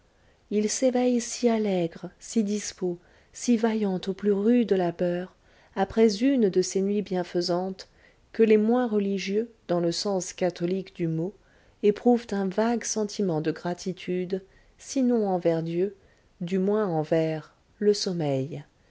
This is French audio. il s'éveille si allègre si dispos si vaillant au plus rude labeur après une de ces nuits bienfaisantes que les moins religieux dans le sens catholique du mot éprouvent un vague sentiment de gratitude sinon envers dieu du moins envers le sommeil